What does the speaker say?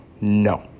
No